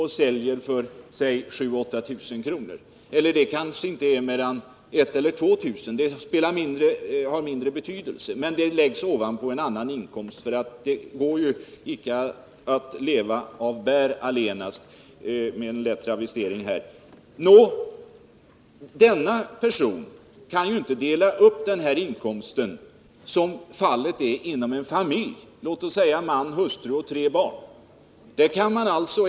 Den inkomst som man får från bäroch svampplockning läggs ovanpå en annan inkomst — det går inte att leva på bär allenast, för att göra en lätt travestering. En ensam person kan inte dela upp inkomsten som fallet är inom en familj, låt oss säga man, hustru och tre barn.